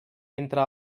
entre